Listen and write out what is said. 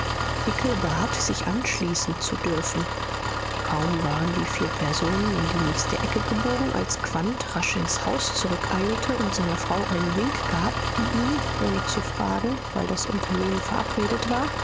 sich anschließen zu dürfen kaum waren die vier personen um die nächste ecke gebogen als quandt rasch ins haus zurückeilte und seiner frau einen wink gab die ihm ohne zu fragen weil das unternehmen verabredet war